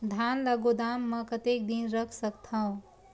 धान ल गोदाम म कतेक दिन रख सकथव?